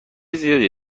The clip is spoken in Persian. زیادی